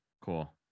cool